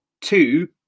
two